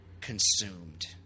consumed